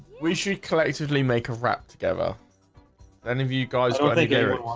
we should collectively make a wrap together any of you guys wanna get one